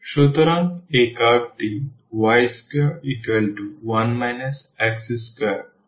সুতরাং এই কার্ভটি y21 x2 অর্থ এই x2y21